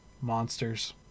monsters